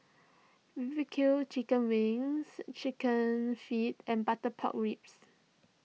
V V Q Chicken Wings Chicken Feet and Butter Pork Ribs